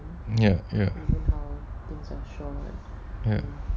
ya ya ya